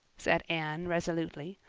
said anne resolutely.